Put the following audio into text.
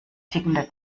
tickende